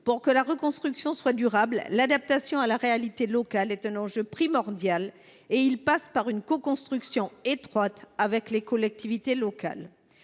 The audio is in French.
Pour que la reconstruction soit durable, l’adaptation à la réalité locale est un enjeu primordial, qui exige une coconstruction étroite avec les collectivités locales.